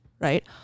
right